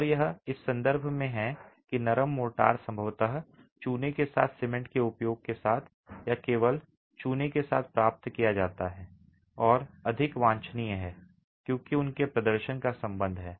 और यह इस संदर्भ में है कि नरम मोर्टार संभवतः चूने के साथ सीमेंट के उपयोग के साथ या केवल चूने के साथ प्राप्त किया जाता है और अधिक वांछनीय है क्योंकि उनके प्रदर्शन का संबंध है